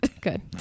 good